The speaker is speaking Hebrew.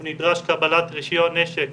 הוא נדרש לקבלת רישיון נשק